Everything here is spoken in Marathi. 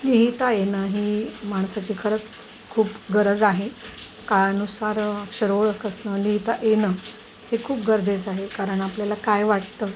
लिहिता येणं ही माणसाची खरंच खूप गरज आहे काळानुसार अक्षर ओळख असणं लिहता येणं हे खूप गरजेचं आहे कारण आपल्याला काय वाटतं